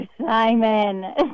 Simon